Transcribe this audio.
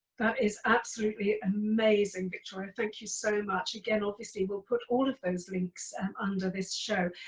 that is absolutely amazing, victoria. thank you so much. again, obviously, we'll put all of those links under this show.